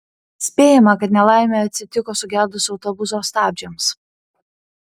spėjama kad nelaimė atsitiko sugedus autobuso stabdžiams